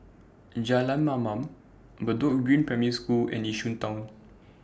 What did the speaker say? Jalan Mamam Bedok Green Primary School and Yishun Town